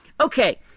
okay